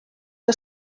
que